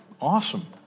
awesome